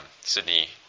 Sydney